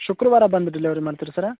ಶುಕ್ರವಾರ ಬಂದು ಡೆಲವರಿ ಮಾಡೀರಾ ಸರ